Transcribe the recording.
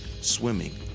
swimming